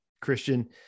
Christian